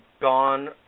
gone